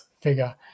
figure